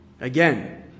Again